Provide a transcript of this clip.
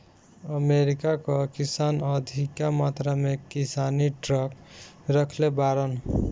America कअ किसान अधिका मात्रा में किसानी ट्रक रखले बाड़न